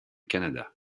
canada